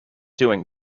doing